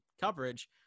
coverage